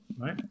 Right